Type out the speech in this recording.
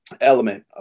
element